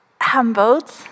Humbled